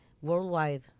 Worldwide